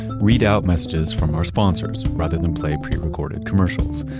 read out messages from our sponsors rather than play pre-recorded commercials.